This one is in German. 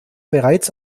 bereits